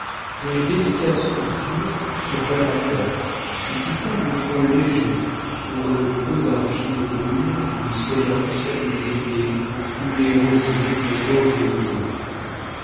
dont les délicates sculptures se voient à peine et qui semblent trop légers pour le pot d'argile brune d'où s'élancent les œillets ou les rosiers d'une pauvre ouvrière